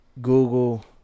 Google